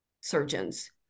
surgeons